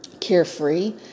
carefree